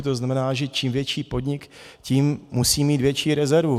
To znamená, že čím větší podnik, tím musí mít větší rezervu.